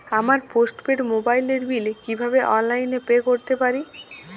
আমার postpaid মোবাইলের bill কীভাবে অনলাইনে পে করতে পারি?